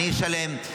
אני אשלם.